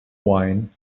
wine